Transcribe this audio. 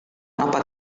apa